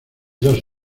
dos